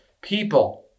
people